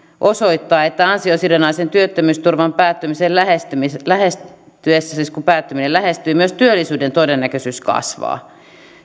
osoittaa että ansio sidonnaisen työttömyysturvan päättymisen lähestyessä siis kun päättyminen lähestyy myös työllisyyden todennäköisyys kasvaa